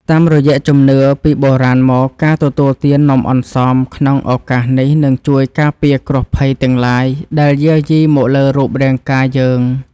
តាមរយៈជំនឿពីបុរាណមកការទទួលទាននំអន្សមក្នុងឱកាសនេះនឹងជួយការពារគ្រោះភ័យទាំងឡាយដែលយាយីមកលើរូបរាងកាយយើង។